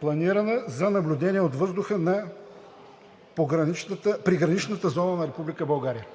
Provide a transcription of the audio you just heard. планирана за наблюдение от въздуха на приграничната зона на Република България“.